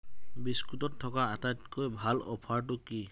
বিস্কুটত থকা আটাইতকৈ ভাল অফাৰটো কি